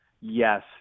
yes